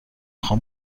خوام